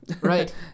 Right